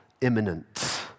imminent